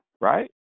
right